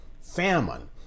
famine